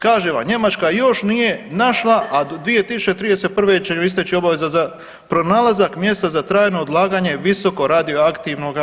Kažem vam, Njemačka još nije našla, a do 2031. će joj isteći obaveza za pronalazak mjesta za trajno odlaganje visokoradioaktivnoga otpada.